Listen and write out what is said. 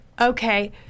Okay